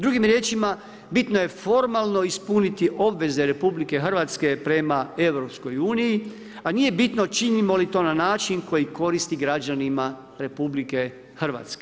Drugim riječima, bitno je formalno ispuniti obveze RH prema EU, a nije bitno činimo li to na način koji koristi građanima RH.